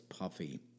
puffy